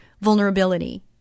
vulnerability